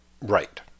Right